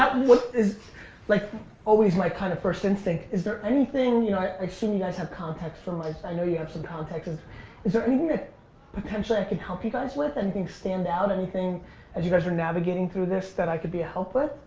what is, kinda like always my kind of first instinct is there anything, you know i assume you guys have context for my, i know you have some. is is there anything that potentially i can help you guys with? anything stand out? anything as you guys are navigating through this that i can be a help with?